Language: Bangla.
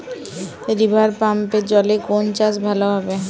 রিভারপাম্পের জলে কোন চাষ ভালো হবে?